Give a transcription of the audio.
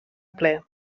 ple